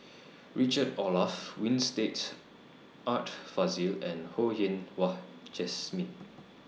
Richard Olaf Winstedt Art Fazil and Ho Yen Wah Jesmine